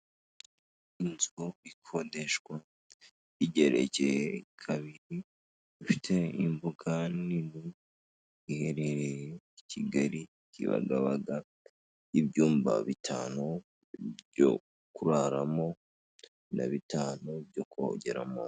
Inzu ikodeshwa igererekeye kabiri ifite imbuga nini, iherereye i Kigali Kibagabaga ibyumba bitanu byo kuraramo na bitanu byo kogeramo.